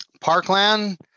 Parkland